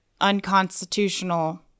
unconstitutional